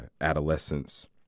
adolescence